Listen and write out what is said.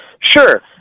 Sure